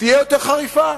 תהיה יותר חריפה,